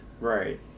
Right